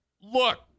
Look